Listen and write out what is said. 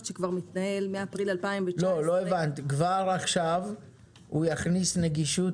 שכבר מתנהל מאפריל 2019 -- לא הבנת כבר עכשיו הוא יכניס נגישות